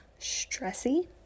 stressy